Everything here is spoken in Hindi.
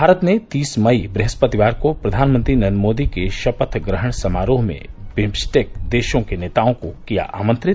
भारत ने तीस मई ब्रहस्पतिवार को प्रधानमंत्री नरेन्द्र मोदी के शपथ ग्रहण समारोह में बिम्स्टेक देशों के नेताओं को किया आमंत्रित